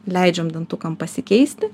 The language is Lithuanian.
leidžiam dantukam pasikeisti